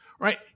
Right